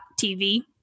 tv